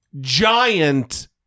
giant